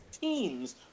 teams